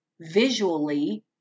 visually